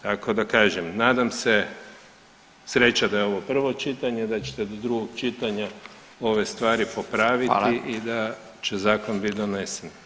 Tako da kažem nadam se, sreća da je ovo prvo čitanje da ćete do drugog čitanja ove stvari popraviti [[Upadica: Hvala.]] i da će zakon bit donesen.